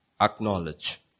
Acknowledge